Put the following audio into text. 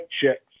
chicks